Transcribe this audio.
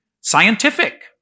scientific